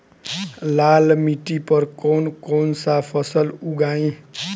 लाल मिट्टी पर कौन कौनसा फसल उगाई?